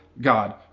God